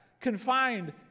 confined